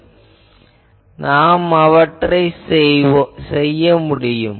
அதை நாம் செய்ய முடியும்